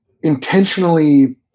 intentionally